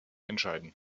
entscheiden